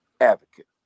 advocate